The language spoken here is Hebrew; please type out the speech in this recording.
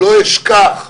לא אשכח,